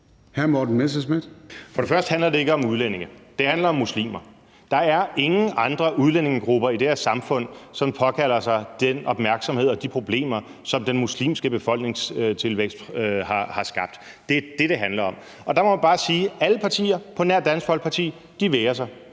For det første handler det ikke om udlændinge. Det handler om muslimer. Der er ingen andre udlændingegrupper i det her samfund, som påkalder sig den opmærksomhed og de problemer, som den muslimske befolkningstilvækst har skabt. Det er det, det handler om. Og der må man bare sige, at alle partier, på nær Dansk Folkeparti, vægrer sig.